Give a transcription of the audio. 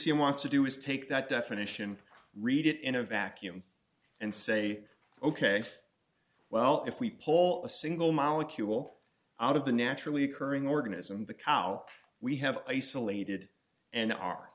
a wants to do is take that definition read it in a vacuum and say ok well if we pull a single molecule out of the naturally occurring organism the cow we have isolated and